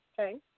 Okay